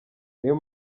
niyo